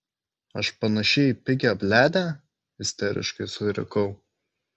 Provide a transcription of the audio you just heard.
aš panaši į pigią bliadę isteriškai surikau